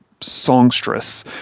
songstress